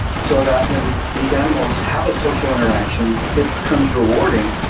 so that when these animals have a social interaction it becomes rewarding.